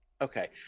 Okay